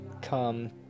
come